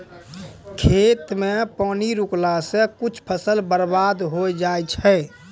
खेत मे पानी रुकला से कुछ फसल बर्बाद होय जाय छै